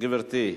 גברתי.